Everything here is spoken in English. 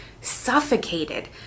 suffocated